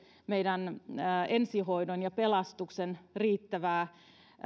meidän ensihoidon ja pelastuksen riittävää